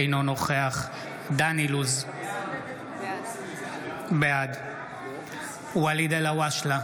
אינו נוכח דן אילוז, בעד ואליד אלהואשלה,